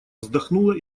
вздохнула